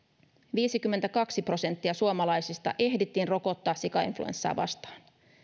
viisikymmentäkaksi prosenttia suomalaisista ehdittiin rokottaa sikainfluenssaa vastaan